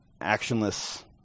actionless